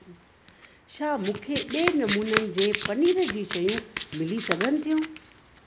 छा मूंखे ॿिए नमूननि जे पनीर जी शयूं मिली सघनि थियूं